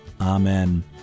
Amen